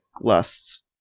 lusts